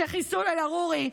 שחיסול אל-עארורי,